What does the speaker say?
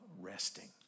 resting